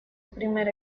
primer